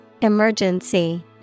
Emergency